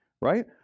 Right